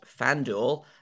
FanDuel